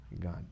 God